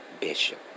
Bishop